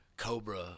Cobra